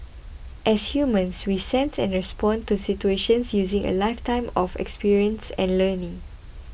as humans we sense and respond to situations using a lifetime of experience and learning